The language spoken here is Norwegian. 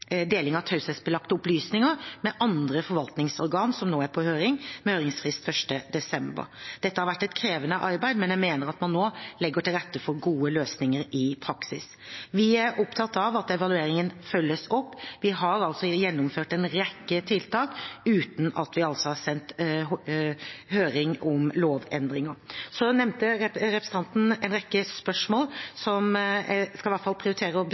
deling av taushetsbelagte opplysninger med andre forvaltningsorganer er nå på høring, med høringsfrist 1. desember. Dette har vært et krevende arbeid, men jeg mener at man nå legger til rette for gode løsninger i praksis. Vi er opptatt av at evalueringen følges opp. Vi har altså gjennomført en rekke tiltak uten at vi har sendt lovendringer på høring. Så nevnte representanten en rekke spørsmål. Jeg skal